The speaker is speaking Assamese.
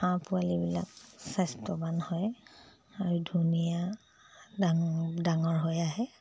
হাঁহ পোৱালিবিলাক স্বাস্থ্যৱান হয় আৰু ধুনীয়া ডাঙ ডাঙৰ হৈ আহে